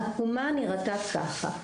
העקומה נראתה ככה.